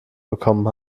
bekommen